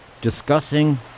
discussing